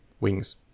wings